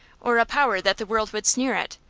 or a power that the world would sneer at,